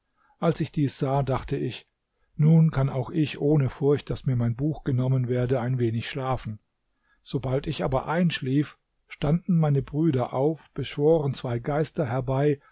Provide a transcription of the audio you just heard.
als ich dies sah dachte ich nun kann auch ich ohne furcht daß mir mein buch genommen werde ein wenig schlafen sobald ich aber einschlief standen meine brüder auf beschworen zwei geister herbei